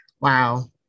Wow